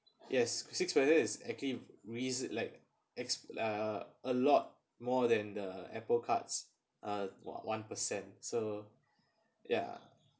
yes six percent is actually risk it like ex~ uh a lot more than the Apple cards uh one one percent so ya